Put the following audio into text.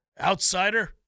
Outsider